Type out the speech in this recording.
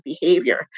behavior